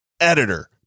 editor